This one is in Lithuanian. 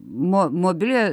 mo mobiąją